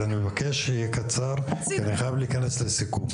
אבל אני מבקש שזה יהיה בקצרה כי אני חייב להיכנס לסיכום.